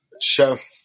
chef